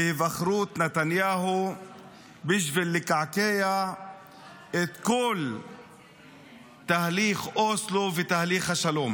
בחרו את נתניהו בשביל לקעקע את כל תהליך אוסלו ותהליך השלום.